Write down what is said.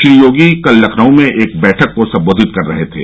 श्री योगी कल लखनऊ में एक बैठक को संबोधित कर रहे थे